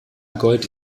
gold